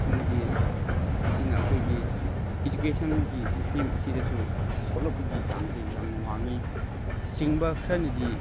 ꯑꯃꯗꯤ ꯃꯁꯤꯅ ꯑꯩꯈꯣꯏꯒꯤ ꯏꯖꯨꯀꯦꯁꯟꯒꯤ ꯁꯤꯁꯇꯦꯝ ꯑꯁꯤꯗꯁꯨ ꯁꯣꯛꯂꯛꯄꯒꯤ ꯆꯥꯟꯁꯁꯦ ꯌꯥꯝꯅ ꯋꯥꯡꯏ ꯁꯤꯡꯕ ꯈꯔꯅꯗꯤ